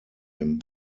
him